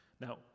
Now